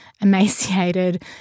emaciated